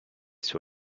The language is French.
sur